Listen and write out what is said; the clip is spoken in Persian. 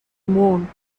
موند